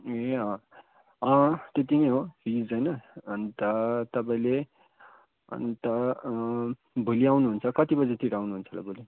ए त्यती नै हो फिस होइन अन्त तपाईँले अन्त भोलि आउनुहुन्छ कति बजीतिर आउनुहुन्छ भोली